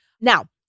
Now